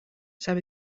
zijn